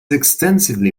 extensively